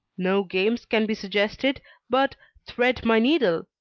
no games can be suggested but thread-my-needle,